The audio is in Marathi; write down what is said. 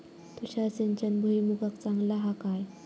तुषार सिंचन भुईमुगाक चांगला हा काय?